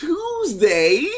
Tuesday